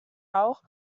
auch